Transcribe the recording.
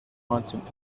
constant